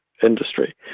industry